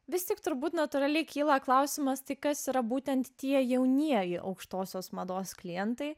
vis tik turbūt natūraliai kyla klausimas tai kas yra būtent tie jaunieji aukštosios mados klientai